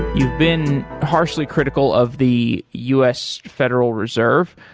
you've been harshly critical of the u s. federal reserve.